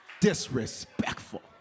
Disrespectful